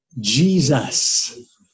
Jesus